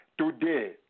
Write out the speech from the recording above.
today